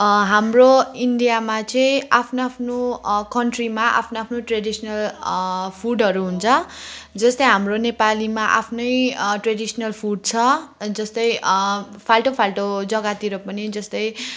हाम्रो इन्डियामा चाहिँ आफ्नो आफ्नो कन्ट्रीमा आफ्नो आफ्नो ट्रेडिसनल फुडहरू हुन्छ जस्तै हाम्रो नेपालीमा आफ्नै ट्रेडिसनल फुड छ जस्तै फाल्टो फाल्टो जग्गातिर पनि जस्तै